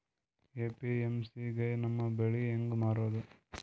APMC ಗೆ ನಮ್ಮ ಬೆಳಿ ಹೆಂಗ ಮಾರೊದ?